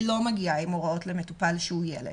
היא לא מגיעה עם הוראות למטופל שהוא ילד.